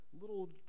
little